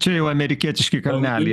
čia jau amerikietiški kalneliai